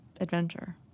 adventure